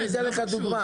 אני אתן לך דוגמה.